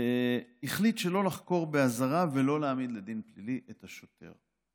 החליט שלא לחקור באזהרה ולא להעמיד לדין פלילי את השוטר.